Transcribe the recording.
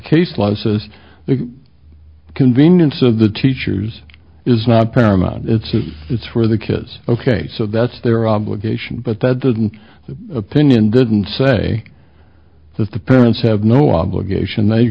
case law says the convenience of the teachers is not paramount it's if it's for the kids ok so that's their obligation but that doesn't that opinion didn't say that the parents have no obligation they